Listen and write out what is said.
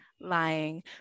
lying